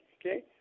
okay